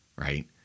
right